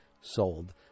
sold